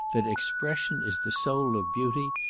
that expression is the soul of beauty,